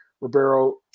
Ribeiro